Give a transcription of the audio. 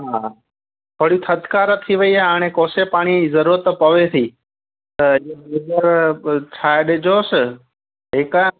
हा थोरी थधिकार थी वई आहे हाणे कोसे पाणीअ जी ज़रूरत पवे थी त गीज़र ठाहे ॾिजोसि ठीकु आहे